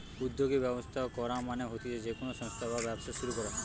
উদ্যোগী ব্যবস্থা করা মানে হতিছে যে কোনো সংস্থা বা ব্যবসা শুরু করা